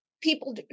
people